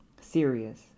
serious